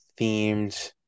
themed